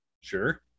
Sure